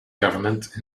government